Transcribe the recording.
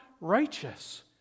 righteous